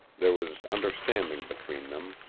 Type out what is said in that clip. there was understanding between them,